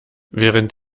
während